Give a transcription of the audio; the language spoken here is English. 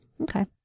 Okay